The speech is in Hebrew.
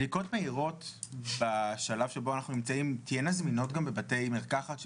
בדיקות מהירות בשלב שבו אנחנו נמצאים תהיינה זמינות גם בבתי מרקחת,